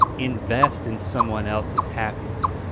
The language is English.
invest in someone else's happiness.